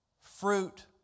Fruit